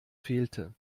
fehlte